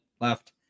left